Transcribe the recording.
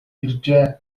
иржээ